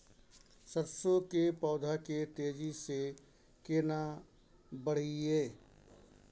सरसो के पौधा के तेजी से केना बढईये?